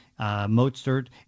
Mozart